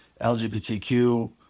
LGBTQ